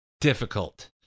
difficult